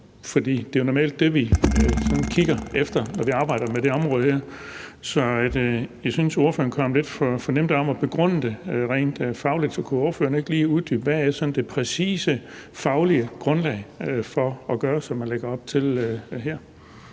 det er jo normalt det, vi kigger efter, når vi arbejder med det her område. Jeg synes, at ordføreren kom lidt for nemt om at begrunde det rent fagligt, så kunne ordføreren ikke lige uddybe, hvad der sådan er det præcise faglige grundlag for at gøre, som man lægger op til her?